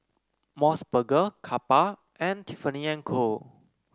MOS burger Kappa and Tiffany And Co